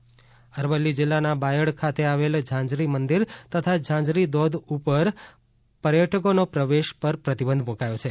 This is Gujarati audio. ઝાંઝરી ઘોધ અરવલ્લી જિલ્લાના બાયડ ખાતે આવેલ ઝાંઝરી મંદિર તથા ઝાંઝરી ધોધ ઉપર પર્યટકોનો પ્રવેશ પર પ્રતિબંધ મુકાયો છે